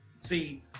See